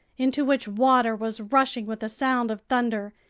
into which water was rushing with a sound of thunder,